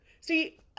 see